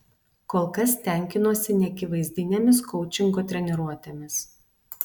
kol kas tenkinuosi neakivaizdinėmis koučingo treniruotėmis